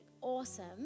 awesome